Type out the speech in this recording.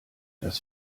das